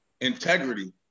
integrity